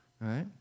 right